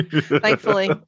Thankfully